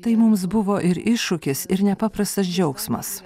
tai mums buvo ir iššūkis ir nepaprastas džiaugsmas